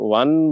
one